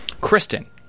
Kristen